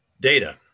Data